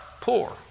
poor